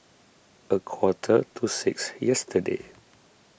a quarter to six yesterday